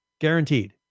guaranteed